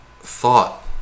thought